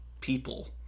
people